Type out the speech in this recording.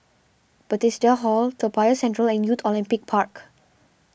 Bethesda Hall Toa Payoh Central and Youth Olympic Park